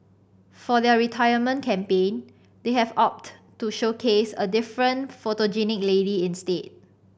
for their retirement campaign they have opted to showcase a different photogenic lady instead